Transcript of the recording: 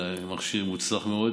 שהן מכשיר מוצלח מאוד